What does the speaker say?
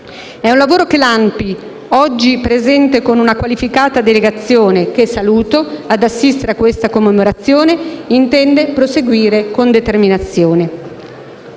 È un lavoro che l'ANPI, oggi presente con una qualificata delegazione, che saluto, ad assistere a questa commemorazione, intende proseguire con determinazione.